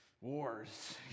wars